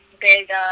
big